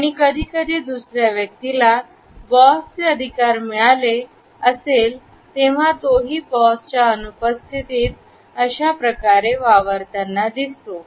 आणि कधीकधीदुसऱ्या व्यक्तीला बॉसचे अधिकार मिळाले असेल तेव्हा तोही बॉसच्या अनुपस्थितीत अशाप्रकारे वावरताना दिसतो